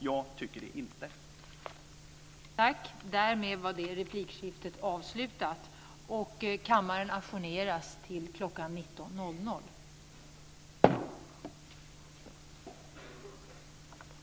Jag tycker inte det.